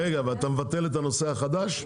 ואתה מבטל את הנושא החדש?